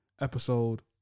Episode